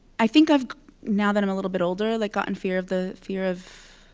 i think i've now that i'm a little bit older, like gotten fear of the fear of